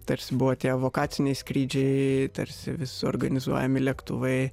tarsi buvo tie evakuaciniai skrydžiai tarsi vis organizuojami lėktuvai